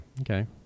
Okay